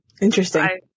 Interesting